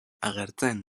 agertzen